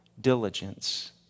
diligence